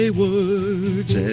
words